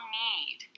need